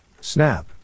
Snap